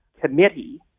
committee